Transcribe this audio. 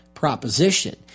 Proposition